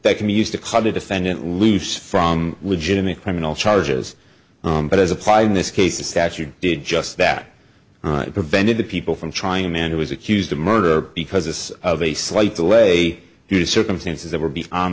that can be used to call the defendant leaves from legitimate criminal charges but as applied in this case the statute did just that prevented the people from trying a man who was accused of murder because of a slight delay due to circumstances that w